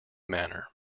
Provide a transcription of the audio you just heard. manor